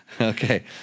Okay